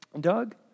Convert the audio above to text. Doug